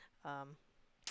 um